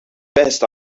best